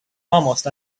almost